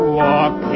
walk